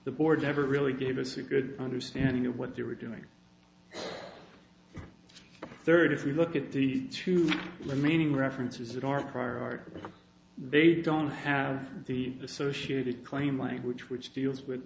the board never really gave us a good understanding of what they were doing third if we look at the two remaining references in our car they don't have the associated claim language which deals with